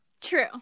True